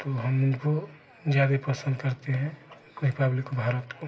तो हम उनको ज़्यादा पसंद करते हैं रिपब्लिक भारत को